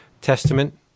Testament